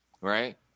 right